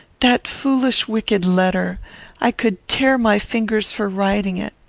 that foolish, wicked letter i could tear my fingers for writing it.